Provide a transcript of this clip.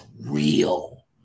real